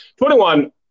21